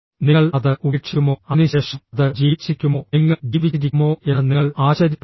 നിങ്ങൾ അത് ഉപേക്ഷിക്കുമോ അതിനുശേഷം അത് ജീവിച്ചിരിക്കുമോ നിങ്ങൾ ജീവിച്ചിരിക്കുമോ എന്ന് നിങ്ങൾ ആശ്ചര്യപ്പെടുന്നു